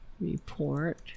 Report